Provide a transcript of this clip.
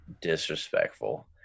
disrespectful